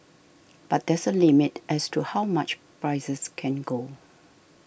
but there's a limit as to how much prices can go